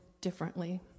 differently